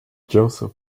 joseph